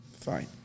Fine